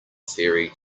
theory